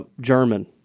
German